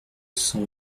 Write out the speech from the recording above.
cent